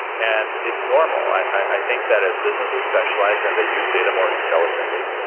and it's normal. i think that as businesses specialize and they use data more intelligently,